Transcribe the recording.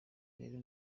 rero